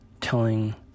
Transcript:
telling